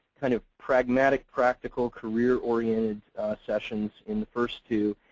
kind of pragmatic, practical, career-oriented sessions in the first two.